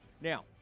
Now